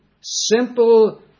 simple